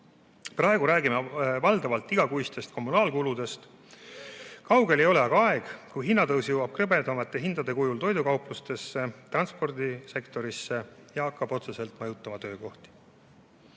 Praegu räägime valdavalt igakuistest kommunaalkuludest, kaugel ei ole aga aeg, kui hinnatõus jõuab krõbedamate hindade kujul toidukauplustesse, transpordisektorisse ja hakkab otseselt mõjutama töökohti. Ilmselt